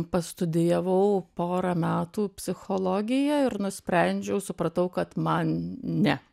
pastudijavau porą metų psichologiją ir nusprendžiau supratau kad man ne